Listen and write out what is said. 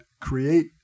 create